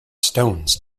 stones